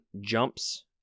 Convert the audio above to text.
jumps